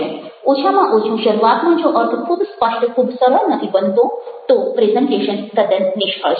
ઓછામાં ઓછું શરૂઆતમાં જો અર્થ ખૂબ સ્પષ્ટ ખૂબ સરળ નથી બનતો તો પ્રેઝન્ટેશન તદ્દન નિષ્ફળ છે